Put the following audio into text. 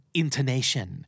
intonation